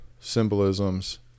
symbolisms